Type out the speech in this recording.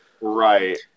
Right